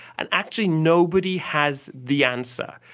and actually nobody has the answer.